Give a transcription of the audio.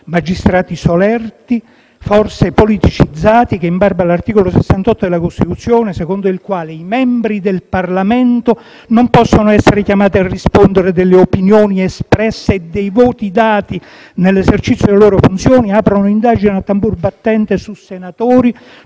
Magistrati solerti, forse politicizzati, che, in barba all'articolo 68 della Costituzione, secondo il quale i membri del Parlamento non possono essere chiamati a rispondere delle opinioni espresse e dei voti dati nell'esercizio delle loro funzioni, aprono indagini a tamburo battente su senatori,